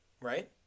right